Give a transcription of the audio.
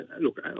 Look